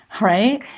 right